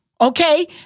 okay